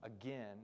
again